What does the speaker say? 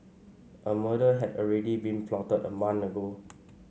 a murder had already been plotted a month ago